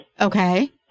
Okay